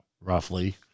roughly